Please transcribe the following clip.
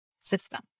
system